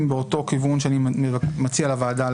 איתם לוויכוח, אחר כך עשר דקות יושבים על זה?